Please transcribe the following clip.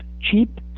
cheap